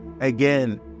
again